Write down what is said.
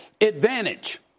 advantage